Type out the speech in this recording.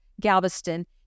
Galveston